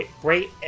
Great